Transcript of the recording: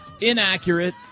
inaccurate